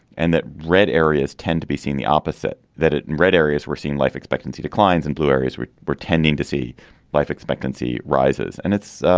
and that red areas tend to be seen the opposite that it and red areas. we're seeing life expectancy declines in blue areas. pretending to see life expectancy rises. and it's